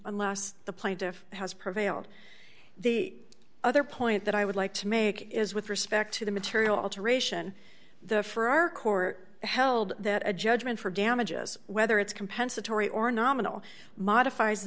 plaintiff has prevailed the other point that i would like to make is with respect to the material alteration the for our court held that a judgment for damages whether it's compensatory or nominal modifies the